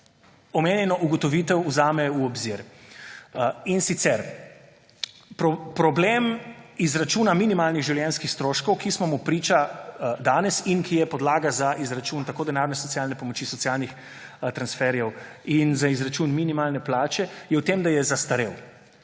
omenjeno ugotovitev vzame v obzir. Problem izračuna minimalnih življenjskih stroškov, ki smo mu priča danes in ki je podlaga za izračun denarne socialne pomoči, socialnih transferjev in za izračun minimalne plače, je v tem, da je zastarel.